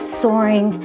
soaring